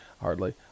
hardly